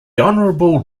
honourable